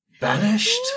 banished